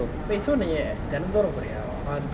wait so நீ தினந்தோரும் போரியா:nee thinanthorum poriya